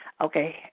okay